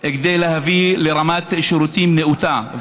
כדי להביא לרמת שירותים נאותה,